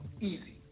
Easy